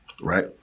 right